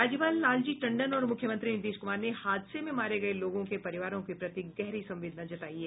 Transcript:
राज्यपाल लालजी टंडन और मुख्यमंत्री नीतीश कुमार ने हादसे में मारे गये लोगों के परिवारों के प्रति गहरी संवेदना जतायी है